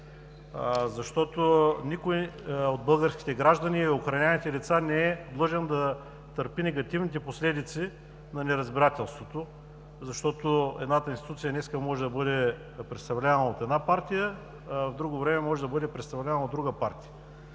Радев? Никой от българските граждани и охраняваните лица не е длъжен да търпи негативните последици на неразбирателството, защото едната институция днес може да бъде представлявана от една партия, а в друго време може да бъде представлявана от друга партия.